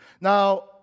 Now